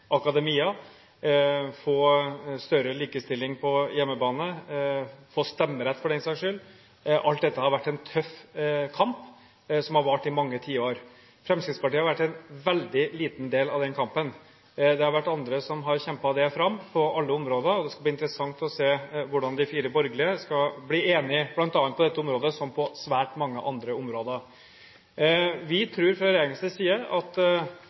akademia, fått større likestilling på hjemmebane – fått stemmerett, for den saks skyld – har vært en tøff kamp, som har vart i mange tiår. Fremskrittspartiet har tatt en veldig liten del av den kampen. Det har vært andre som har kjempet dette fram – på alle områder. Det skal bli interessant å se hvordan de fire borgerlige partiene skal bli enige på dette området – som på svært mange andre områder. Vi fra regjeringens side tror at